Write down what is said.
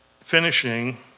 finishing